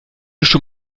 schon